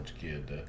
kid